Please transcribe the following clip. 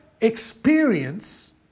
experience